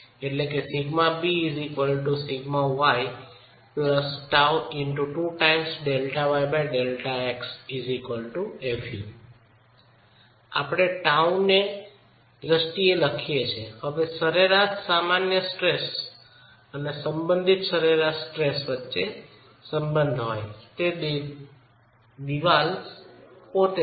આપણે τ ને એ દ્રષ્ટિએ લખીએ છીએ અને હવે સરેરાશ સામાન્ય સ્ટ્રેસ અને સંબંધિત સરેરાશ સ્ટ્રેસ વચ્ચે સંબંધ હોય તો દીવાલ σy પોતે છે